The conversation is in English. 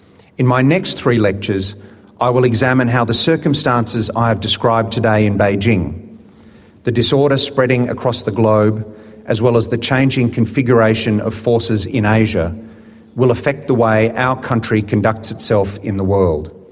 in my next three lectures i will examine how the circumstances i have described today in beijing the disorder spreading across the globe as well as the changing configuration of forces in asia will affect the way our country conducts itself in the world.